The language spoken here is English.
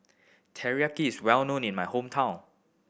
Takoyaki is well known in my hometown